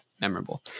memorable